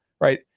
right